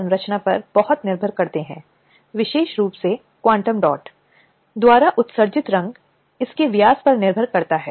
दूसरी वस्तु रोकथाम है साथ ही यौन उत्पीड़न की शिकायतों का निवारण भी है